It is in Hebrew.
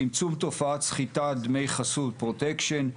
צמצום תופעת סחיטת דמי חסות - ׳פרוטקשן׳,